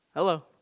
Hello